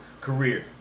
career